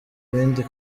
bindi